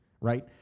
right